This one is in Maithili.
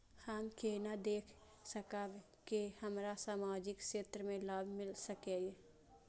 हम केना देख सकब के हमरा सामाजिक क्षेत्र के लाभ मिल सकैये?